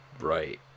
right